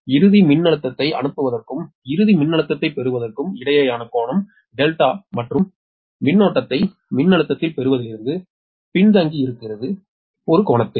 இறுதி மின்னழுத்தத்தை அனுப்புவதற்கும் இறுதி மின்னழுத்தத்தைப் பெறுவதற்கும் இடையிலான கோணம் டெல்டா மற்றும் மின்னோட்டத்தை மின்னழுத்தத்தில் பெறுவதிலிருந்து பின்தங்கியிருக்கிறது that ஒரு கோணத்தால்